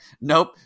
Nope